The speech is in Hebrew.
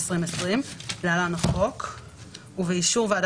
שללא ספק ישפיעו על ההסתכלות שלנו על הערכת